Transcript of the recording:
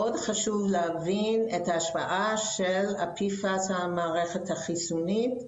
מאוד חשוב להבין את ההשפעה של ה-PFAS על המערכת החיסונית,